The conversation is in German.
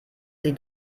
sie